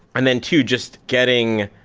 and then two, just getting